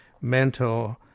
mentor